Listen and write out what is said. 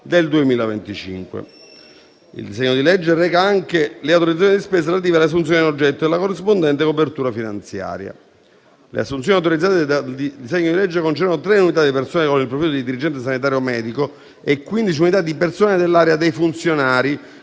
del 2025. Il disegno di legge reca anche le autorizzazioni di spesa relative alle assunzioni in oggetto e la corrispondente copertura finanziaria. Le assunzioni autorizzate dal disegno di legge concernono tre unità di personale con il profilo di dirigente sanitario medico e quindici unità di personale dell'area dei funzionari